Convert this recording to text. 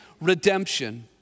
redemption